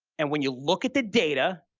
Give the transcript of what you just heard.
and when you look at the data,